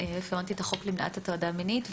רפרנטית החוק למניעת הטרדה מינית,